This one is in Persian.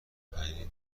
پنیر